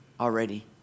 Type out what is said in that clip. already